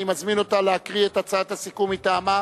אני מזמין אותה להקריא את הצעת הסיכום מטעמה.